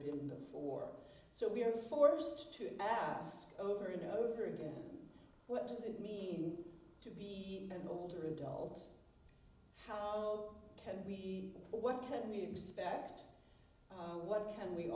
been the for so we are forced to ask over and over again what does it mean to be an older adult how can we what can we expect what can we